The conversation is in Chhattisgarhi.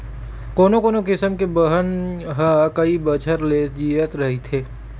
कोनो कोनो किसम के बन ह कइ बछर ले जियत रहिथे